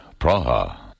Praha